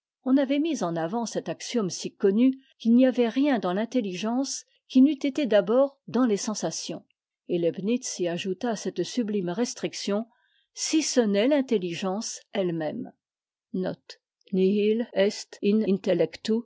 on avait mis en avant cet axiome si connu qu'ii n'y avait rien dans fintéiiigencequi n'eût été d'abord dans les sensations et leibnitz y ajouta cette sublime restriction si ce m'e m e